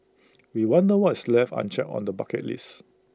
we wonder what is left unchecked on the bucket list